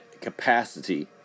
capacity